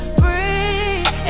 breathe